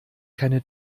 keine